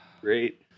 great